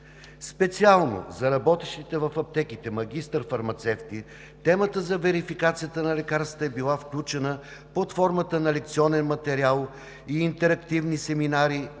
Специално за работещите в аптеките магистър-фармацевти темата за верификацията на лекарствата е била включена под формата на лекционен материал и интерактивни семинари